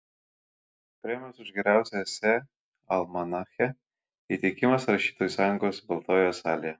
premijos už geriausią esė almanache įteikimas rašytojų sąjungos baltojoje salėje